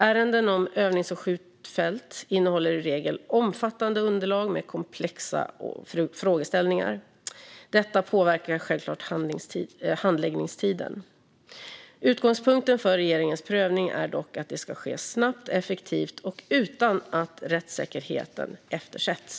Ärenden om övnings och skjutfält innehåller i regel omfattande underlag med komplexa frågeställningar. Detta påverkar självklart handläggningstiden. Utgångspunkten för regeringens prövning är dock att den ska ske snabbt, effektivt och utan att rättssäkerheten eftersätts.